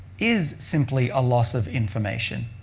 is simply a loss of information.